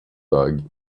dog